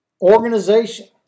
organization